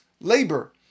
labor